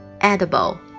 Edible